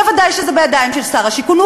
ודאי שזה בידיים של שר השיכון.